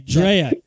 Drea